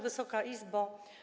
Wysoka Izbo!